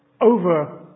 over